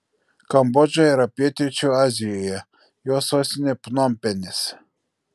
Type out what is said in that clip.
kambodža yra pietryčių azijoje jos sostinė pnompenis